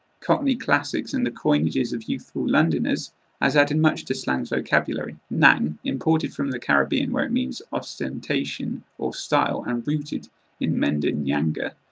cockney classics and the coinages of youthful londoners has added much to slang's vocabulary. nang, imported from the caribbean where it means ostentation or style and rooted in mende nyanga,